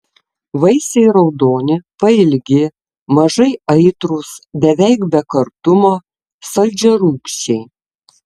vaisiai raudoni pailgi mažai aitrūs beveik be kartumo saldžiarūgščiai